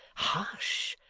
hush!